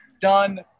done